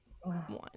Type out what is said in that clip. one